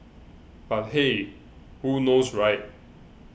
but hey who knows right